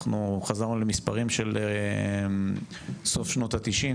אנחנו חזרנו למספרים של סוף שנות התשעים,